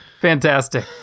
Fantastic